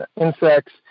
insects